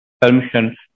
permission